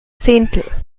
zehntel